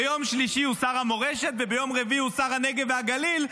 ביום שלישי הוא שר המורשת וביום רביעי הוא שר הנגב והגליל.